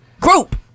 group